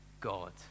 God